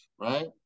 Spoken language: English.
right